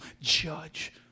judge